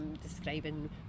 Describing